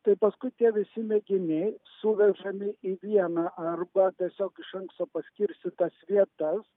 tai paskui tie visi mėginiai suvežami į vieną arba tiesiog iš anksto paskirstytas vietas